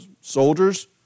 soldiers